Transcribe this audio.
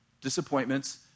disappointments